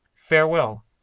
farewell